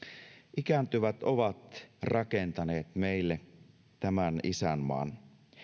ikääntyvät ovat rakentaneet meille tämän isänmaan